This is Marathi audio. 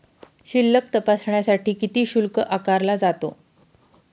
शिल्लक तपासण्यासाठी किती शुल्क आकारला जातो?